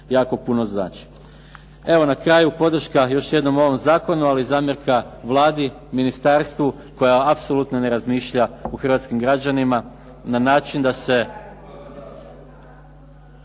jako puno znači. Evo na kraju, podrška još jednom ovom zakonu, ali zamjerka Vladi, ministarstvu koji apsolutno ne razmišlja o hrvatskim građanima na način da se.